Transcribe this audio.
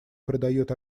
придает